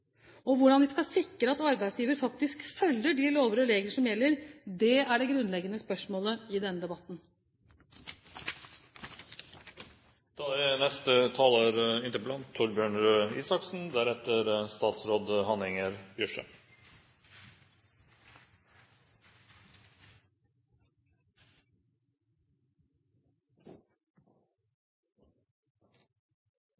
Hvordan vi skal sikre at arbeidsgiver faktisk følger de lover og regler som gjelder, er det grunnleggende spørsmålet i denne